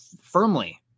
firmly